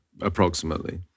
approximately